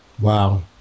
Wow